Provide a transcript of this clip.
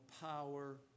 power